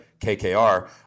KKR